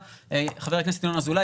חבר הכנסת ינון אזולאי,